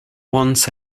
once